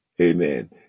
Amen